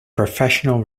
professional